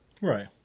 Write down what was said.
Right